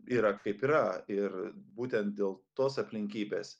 yra kaip yra ir būtent dėl tos aplinkybės